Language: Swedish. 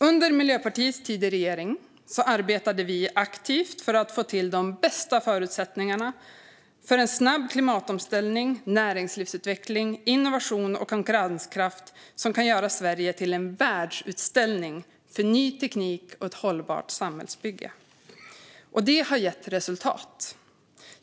Under Miljöpartiets tid i regering arbetade vi aktivt för att få till de bästa förutsättningarna för snabb klimatomställning, näringslivsutveckling, innovation och konkurrenskraft som kan göra Sverige till en världsutställning för ny teknik och ett hållbart samhällsbygge. Det har gett resultat.